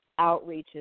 outreaches